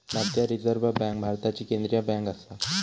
भारतीय reserve bank भारताची केंद्रीय बँक आसा